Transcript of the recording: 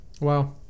wow